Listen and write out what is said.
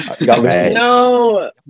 No